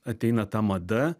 ateina ta mada